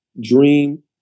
dream